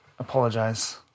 Apologize